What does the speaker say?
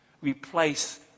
Replace